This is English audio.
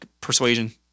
persuasion